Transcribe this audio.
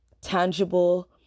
tangible